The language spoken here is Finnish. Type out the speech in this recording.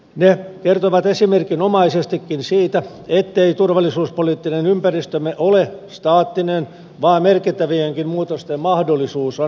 ne kertovat esimerkinomaisestikin siitä ettei turvallisuuspoliittinen ympäristömme ole staattinen vaan merkittävienkin muutosten mahdollisuus on aina olemassa